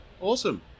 awesome